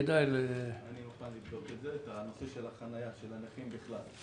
אני מוכן לבדוק את הנושא של החנייה של הנכים בכלל.